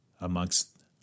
amongst